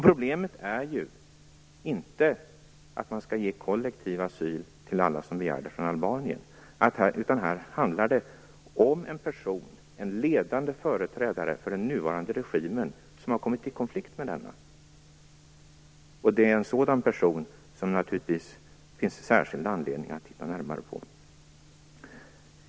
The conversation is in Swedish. Problemet är ju inte att man skall ge kollektiv asyl till alla från Albanien som begär det. Här handlar det om en person, en ledande företrädare för den nuvarande regimen, som har kommit i konflikt med denna. Det är en sådan person som det naturligtvis finns särskild anledning att titta närmare på.